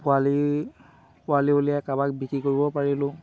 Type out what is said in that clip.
পোৱালি পোৱালি উলিয়াই কাৰবাক বিক্ৰী কৰিব পাৰিলোঁ